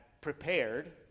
prepared